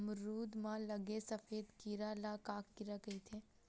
अमरूद म लगे सफेद कीरा ल का कीरा कइथे?